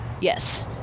Yes